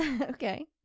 Okay